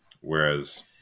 Whereas